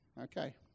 Okay